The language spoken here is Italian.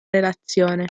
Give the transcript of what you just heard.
relazione